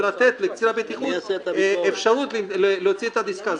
ולתת לקצין הבטיחות אפשרות להוציא את הדסקה.